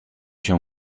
się